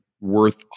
worth